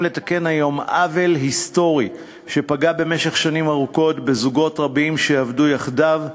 לתקן היום עוול היסטורי שפגע במשך שנים רבות בזוגות רבים שעבדו יחדיו.